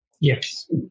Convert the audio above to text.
Yes